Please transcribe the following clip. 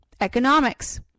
Economics